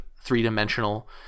three-dimensional